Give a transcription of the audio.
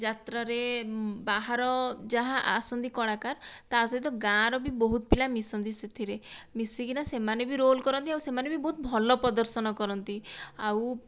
ଯାତ୍ରାରେ ବାହାର ଯାହା ଆସନ୍ତି କଳାକାର ତା ସହିତ ଗାଁ ର ବି ବହୁତ ପିଲା ମିଶନ୍ତି ସେଥିରେ ମିଶିକିନା ସେମାନେ ବି ରୋଲ କରନ୍ତି ଆଉ ସେମାନେ ବି ବହୁତ ଭଲ ପ୍ରଦର୍ଶନ କରନ୍ତି ଆଉ